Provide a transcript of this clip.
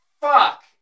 Fuck